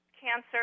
cancer